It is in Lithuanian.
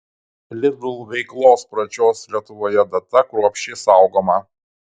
lidl veiklos pradžios lietuvoje data kruopščiai saugoma